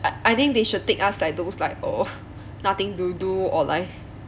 I think they should take us like those like uh nothing to do or like